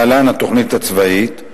להלן: התוכנית הצבאית,